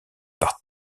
par